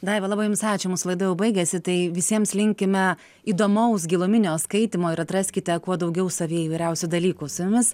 daiva labai jums ačiū mūsų laida jau baigiasi tai visiems linkime įdomaus giluminio skaitymo ir atraskite kuo daugiau savyje įvairiausių dalykų su jumis